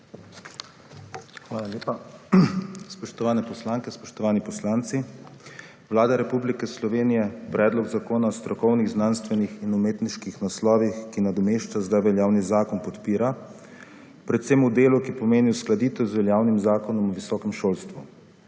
Hvala lepa. Spoštovane poslanke, spoštovani poslanci! Vlada Republike Slovenije predlog zakona o strokovnih, znanstvenih in umetniških naslovih, ki nadomešča zdaj veljavni zakon podpira predvsem v delu, ki pomeni uskladitev z veljavnim Zakonom o visokem šolstvu.